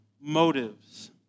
motives